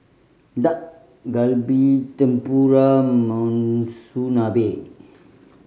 Dak Galbi Tempura Monsunabe